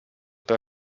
per